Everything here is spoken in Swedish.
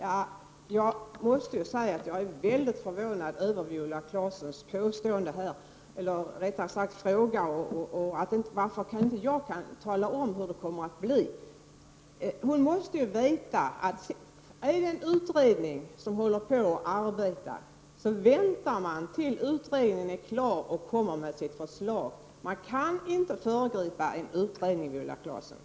Herr talman! Jag måste säga att jag är mycket förvånad över Viola Claessons fråga varför jag inte kan tala om hur det kommer att bli. Hon måste veta att man avvaktar en utrednings arbete tills det är klart och tills den har framlagt sitt förslag. Man kan inte föregripa en utredning, Viola Claesson.